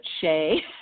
Shay